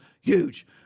huge